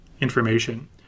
information